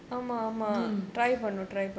mm